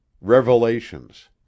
REVELATIONS